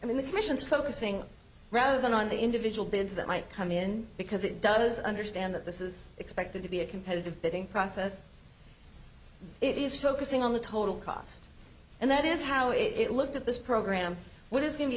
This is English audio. i mean the commission's focusing rather than on the individual bins that might come in because it does understand that this is expected to be a competitive bidding process it is focusing on the total cost and that is how it looked at this program what is going to